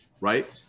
right